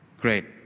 Great